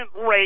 rate